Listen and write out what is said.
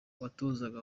watozaga